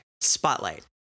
Spotlight